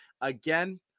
again